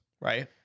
Right